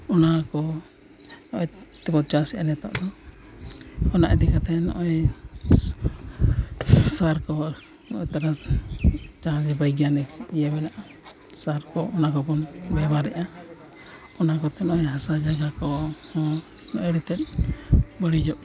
ᱚᱱᱟ ᱠᱚ ᱛᱮᱵᱚ ᱪᱟᱥᱮᱜᱼᱟ ᱱᱤᱛᱚᱜ ᱫᱚ ᱚᱱᱟ ᱤᱫᱤ ᱠᱟᱛᱮ ᱱᱚᱜᱼᱚᱸᱭ ᱥᱟᱨ ᱠᱚᱵᱚᱱ ᱱᱚᱭᱼᱚᱸᱭ ᱛᱚᱨᱟ ᱡᱟᱦᱟᱸ ᱜᱮ ᱵᱚᱭᱜᱟᱱᱤᱠ ᱤᱭᱟᱹ ᱢᱮᱱᱟᱜᱼᱟ ᱥᱟᱨ ᱠᱚ ᱚᱱᱟ ᱠᱚᱵᱚᱱ ᱵᱮᱵᱚᱦᱟᱨᱮᱜᱼᱟ ᱚᱱᱟ ᱠᱚᱛᱮ ᱱᱚᱜᱼᱚᱸᱭ ᱦᱟᱸᱥᱟ ᱡᱟᱭᱜᱟ ᱠᱚ ᱦᱚᱸ ᱱᱚᱜᱼᱚᱸᱭ ᱱᱤᱛᱚᱜ ᱵᱟᱹᱲᱤᱡᱚᱜ ᱠᱟᱱᱟ